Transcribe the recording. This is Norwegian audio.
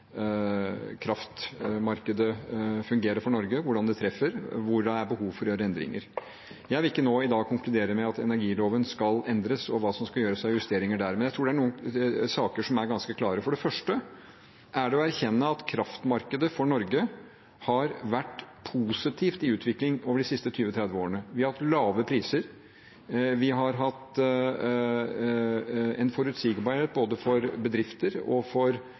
kraftmarkedet fungerer for Norge, hvordan det treffer, hvor det er behov for å gjøre endringer. Jeg vil ikke nå, i dag, konkludere med at energiloven skal endres, og hva som skal gjøres av justeringer der, men jeg tror det er noen saker som er ganske klare. For det første er det å erkjenne at kraftmarkedet for Norge har vært i positiv utvikling over de siste 20–30 årene. Vi har hatt lave priser, vi har hatt en forutsigbarhet både for bedrifter og for